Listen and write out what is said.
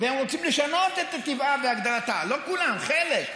והם רוצים לשנות את טבעה והגדרתה, לא כולם, חלק.